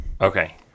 Okay